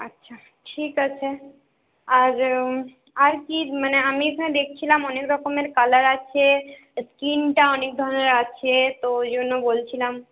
আচ্ছা ঠিক আছে আর আর কি মানে আমি এখানে দেখছিলাম অনেক রকমের কালার আছে স্ক্রিনটা অনেক ধরণের আছে তো ওইজন্য বলছিলাম